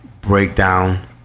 breakdown